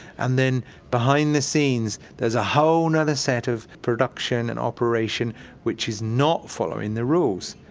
and then behind the scenes there's a whole and other set of production and operation which is not following the rules.